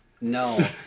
No